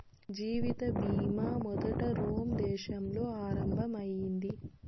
జీవిత బీమా మొదట రోమ్ దేశంలో ఆరంభం అయింది